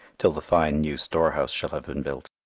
till the fine new storehouse shall have been built.